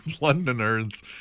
Londoners